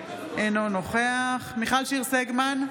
אינו נוכח מיכל שיר סגמן,